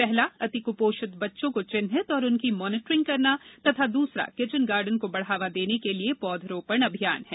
पहला अति कुपोषित बच्चों को चिन्हित और उनकी मॉनिटरिंग करना तथा दूसरा किचन गार्डन को बढ़ावा देने के लिए पौधारोपण अभियान है